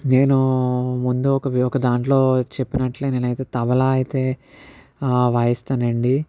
నేను ముందు ఒక ఒక దాంట్లో చెప్పినట్లే నేనైతే తబలా అయితే వాయిస్తాను అండి